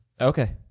Okay